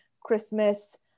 Christmas